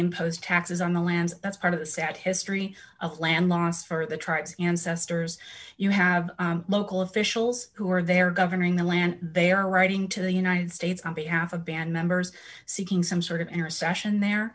imposed taxes on the land that's part of the sad history of land lost for the tribes ancestors you have local officials who are there governing the land they are writing to the states on behalf of band members seeking some sort of intercession there